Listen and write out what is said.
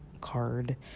card